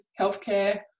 healthcare